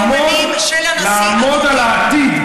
לעמוד על העתיד.